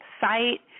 site